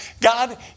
God